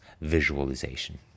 visualization